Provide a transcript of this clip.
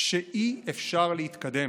שאי-אפשר להתקדם.